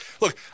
Look